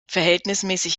verhältnismäßig